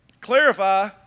Clarify